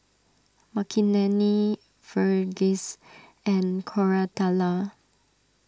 Makineni Verghese and Koratala